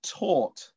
taught